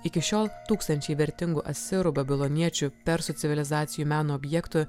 iki šiol tūkstančiai vertingų asirų babiloniečių persų civilizacijų meno objektų